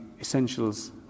Essentials